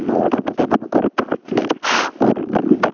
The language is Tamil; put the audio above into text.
நம்ம உடம்பு தான் நமக்கு ஒரு பார்ட்னர் ஒரு நண்பன்